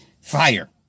fire